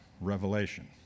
revelation